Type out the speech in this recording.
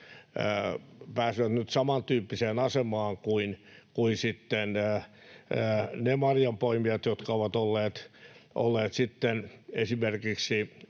pääsevät nyt samantyyppiseen asemaan kuin ne marjanpoimijat, jotka ovat olleet esimerkiksi